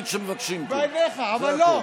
אבל בעיניי לא.